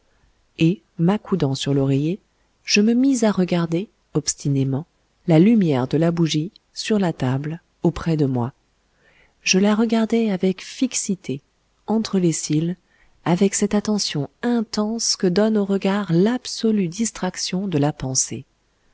et m'accoudant sur l'oreiller je me mis à regarder obstinément la lumière de la bougie sur la table auprès de moi je la regardai avec fixité entre les cils avec cette attention intense que donne au regard l'absolue distraction de la pensée